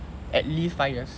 at least five years